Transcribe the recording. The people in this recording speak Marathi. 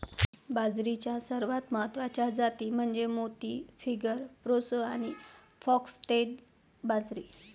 बाजरीच्या सर्वात महत्वाच्या जाती म्हणजे मोती, फिंगर, प्रोसो आणि फॉक्सटेल बाजरी